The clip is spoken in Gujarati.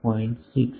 4 0